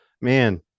man